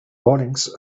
warnings